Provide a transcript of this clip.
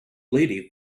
lady